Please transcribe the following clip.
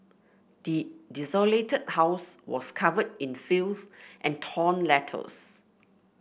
the desolated house was covered in filth and torn letters